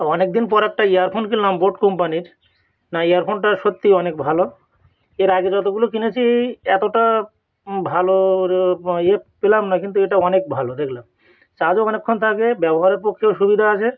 অনেকদিন পরে একটা ইয়ারফোন কিনলাম বোট কোম্পানির না ইয়ারফোনটা সত্যিই অনেক ভালো এর আগে যতগুলো কিনেছি এতটা ভালো ইয়ে পেলাম না কিন্তু এটা অনেক ভালো দেখলাম চার্জও অনেকক্ষণ থাকে ব্যবহারের পক্ষেও সুবিধা আছে